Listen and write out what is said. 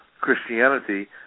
Christianity